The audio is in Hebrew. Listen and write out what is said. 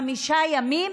חמישה ימים